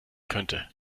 könnte